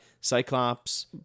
Cyclops